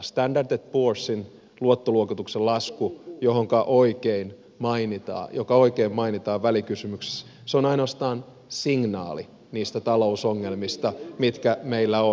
standard poorsin luottoluokituksen lasku joka oikein mainitaan välikysymyksessä on ainoastaan signaali niistä talousongelmista mitkä meillä on